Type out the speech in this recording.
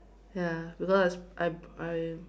ya because I I I